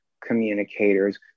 communicators